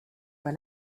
pas